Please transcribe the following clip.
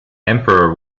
emperor